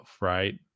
right